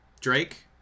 Drake